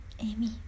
Amy